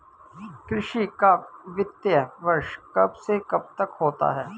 कृषि का वित्तीय वर्ष कब से कब तक होता है?